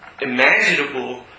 imaginable